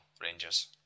Rangers